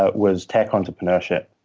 ah was tech entrepreneurship.